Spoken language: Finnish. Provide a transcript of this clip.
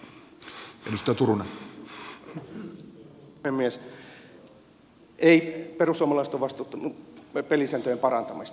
eivät perussuomalaiset ole vastustaneet pelisääntöjen parantamista